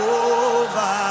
over